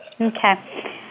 Okay